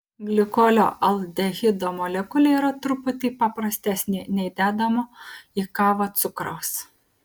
glikolio aldehido molekulė yra truputį paprastesnė nei dedamo į kavą cukraus